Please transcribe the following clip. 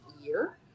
year